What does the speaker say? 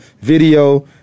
video